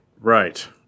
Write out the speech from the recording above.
Right